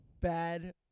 bad